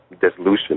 dissolution